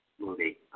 movie